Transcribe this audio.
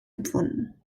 empfunden